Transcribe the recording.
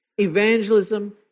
Evangelism